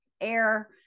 air